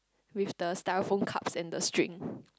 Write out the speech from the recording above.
with the styrofoam cups and the string